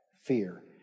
fear